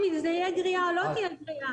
אם תהיה גריעה או לא תהיה גריעה,